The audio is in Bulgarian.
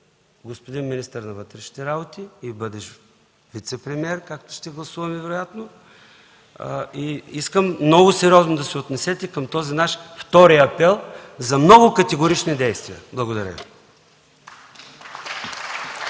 господин министър на вътрешните работи и бъдещ вицепремиер, както ще гласуваме вероятно. Искам много сериозно да се отнесете към този наш втори апел за много категорични действия. Благодаря